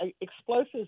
explosives